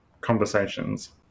conversations